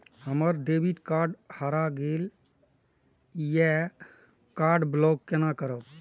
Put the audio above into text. हमर debit card हरा गेल ये कार्ड ब्लॉक केना करब?